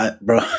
Bro